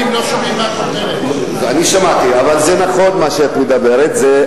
נכון מה שאת אומרת.